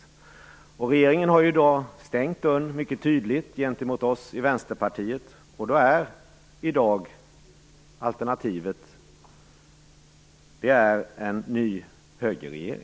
Eftersom regeringen mycket tydligt har stängt dörren gentemot oss i Vänsterpartiet, är alternativet i dag en ny högerregering.